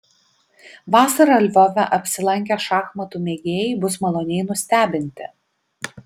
vasarą lvove apsilankę šachmatų mėgėjai bus maloniai nustebinti